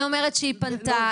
היא אומרת שהיא כבר פנתה,